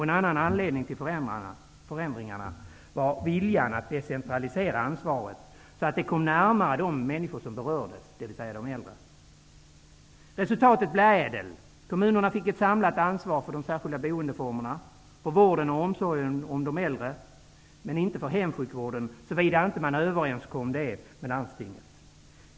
En annan anledning till förändringar var viljan att decentralisera ansvaret så att det kom närmare de människor som berörs, dvs. de äldre. Resultatet blev Ädel. Kommunerna fick ett samlat ansvar för de särskilda boendeformerna och för vården och omsorgen om de äldre, dock inte för hemsjukvården såvida man inte överenskom om detta med landstinget.